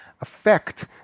affect